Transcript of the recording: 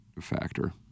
factor